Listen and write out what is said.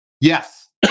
yes